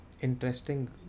interesting